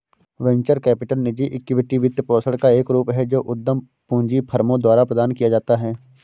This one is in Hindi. वेंचर कैपिटल निजी इक्विटी वित्तपोषण का एक रूप है जो उद्यम पूंजी फर्मों द्वारा प्रदान किया जाता है